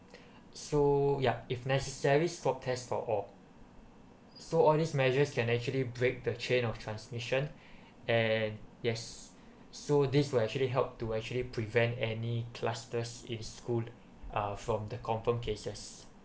so ya if necessary swab test for all so all these measures can actually break the chain of transmission and yes so this will actually help to actually prevent any clusters in school uh from the confirm cases